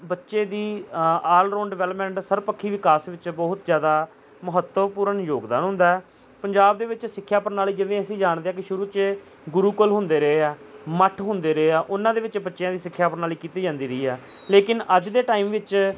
ਬੱਚੇ ਦੀ all round development ਸਰਵਪੱਖੀ ਵਿਕਾਸ ਵਿੱਚ ਬਹੁਤ ਜ਼ਿਆਦਾ ਮਹੱਤਵਪੂਰਨ ਯੋਗਦਾਨ ਹੁੰਦਾ ਹੈ ਪੰਜਾਬ ਦੇ ਵਿੱਚ ਸਿੱਖਿਆ ਪ੍ਰਣਾਲੀ ਜਿਵੇਂ ਅਸੀਂ ਜਾਣਦੇ ਹਾਂ ਕਿ ਸ਼ੁਰੂ 'ਚ ਗੁਰੂਕੁਲ ਹੁੰਦੇ ਰਹੇ ਹੈ ਮੱਠ ਹੁੰਦੇ ਰਹੇ ਹੈ ਉਨ੍ਹਾਂ ਦੇ ਵਿੱਚ ਬੱਚਿਆਂ ਦੀ ਸਿੱਖਿਆ ਪ੍ਰਣਾਲੀ ਕੀਤੀ ਜਾਂਦੀ ਰਹੀ ਹੈ ਲੇਕਿਨ ਅੱਜ ਦੇ ਟਾਈਮ ਵਿੱਚ